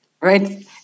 right